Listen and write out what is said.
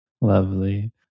Lovely